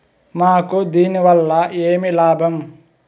మాకు దీనివల్ల ఏమి లాభం